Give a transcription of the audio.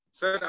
Sir